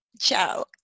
ciao